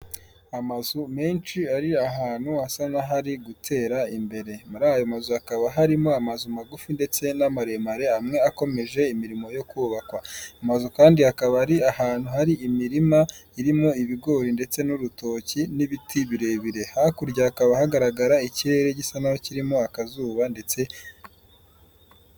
Amazu menshi ari ahantu asa nk'ahari gutera imbere, muri ayo mazu hakaba harimo amazu magufi ndetse n'amaremare, amwe akomeje imirimo yo kubakwa, amazu kandi akaba ari ahantu hari imirima irimo ibigori ndetse n'urutoki n'ibiti birebire, hakurya hakaba hagaragara ikirere gisa n'aho kirimo akazuba ndetse.